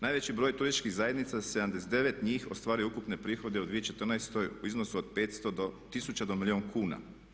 Najveći broj turističkih zajednica, 79 njih ostvaruje ukupne prihode u 2014. u iznosu od 500 tisuća do milijun kuna.